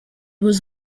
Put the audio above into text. was